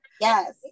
yes